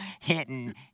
Hitting